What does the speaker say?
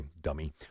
dummy